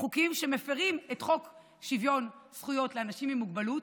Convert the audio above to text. חוקים שמפירים את חוק שוויון זכויות לאנשים עם מוגבלות,